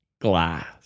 glass